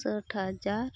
ᱥᱟᱴ ᱦᱟᱡᱟᱨ